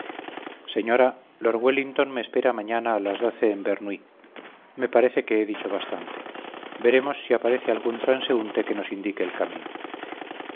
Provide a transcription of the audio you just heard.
señora lord wellington me espera mañana a las doce en bernuy me parece que he dicho bastante veremos si aparece algún transeúnte que nos indique el camino